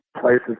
places